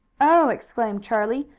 oh! exclaimed charlie,